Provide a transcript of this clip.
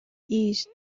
east